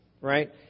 Right